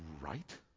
right